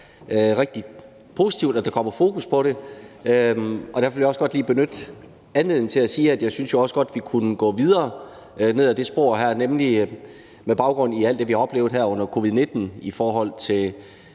rigtig positivt, at der kommer fokus på det. Derfor vil jeg også godt lige benytte anledningen til at sige, at jeg jo synes, at vi også godt kunne gå videre ned ad det her spor, nemlig med baggrund i alt det, vi har oplevet her under covid-19 i forhold til